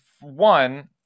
one